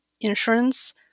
insurance